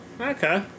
Okay